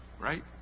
right